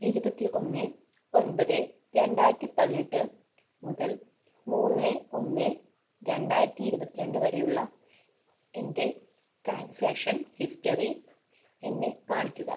ഇരുപത്തി ഒന്ന് ഒൻപത് രണ്ടായിരത്തി പതിനെട്ട് മുതൽ മൂന്ന് ഒന്ന് രണ്ടായിരത്തി ഇരുപത്തി രണ്ട് വരെയുള്ള എൻ്റെ ട്രാൻസാക്ഷൻ ഹിസ്റ്ററി എന്നെ കാണിക്കുക